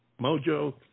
Mojo